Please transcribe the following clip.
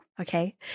Okay